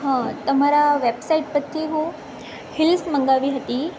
હા તમારા વેબસાઇટ પરથી હું હિલ્સ મંગાવી હતી